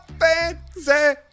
fancy